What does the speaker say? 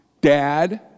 dad